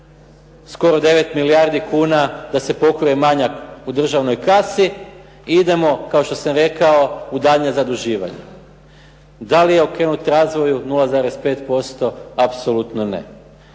skoro 9 milijardi kuna da se pokrije manjak u državnoj kasi i idemo, kao što sam rekao, u daljnje zaduživanje. Da li je okrenut razvoju 0,5%? Apsolutno ne.